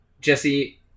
Jesse